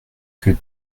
que